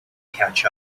catch